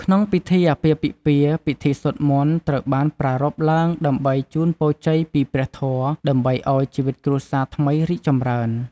ក្នុងពិធីអាពាហ៍ពិពាហ៍ ពិធីសូត្រមន្តត្រូវបានប្រារព្ធឡើងដើម្បីជូនពរជ័យពីព្រះធម៌ ដើម្បីអោយជីវិតគ្រួសារថ្មីរីកចម្រើន